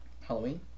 Halloween